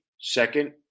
second